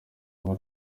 nawe